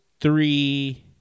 Three